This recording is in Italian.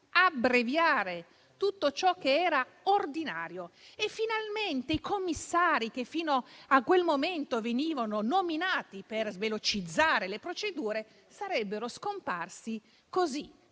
abbreviare tutto ciò che era ordinario e finalmente i commissari che, fino a quel momento venivano nominati per velocizzare le procedure, sarebbero scomparsi così,